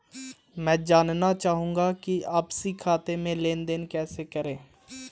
मैं जानना चाहूँगा कि आपसी खाते में लेनदेन कैसे करें?